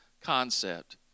concept